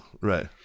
Right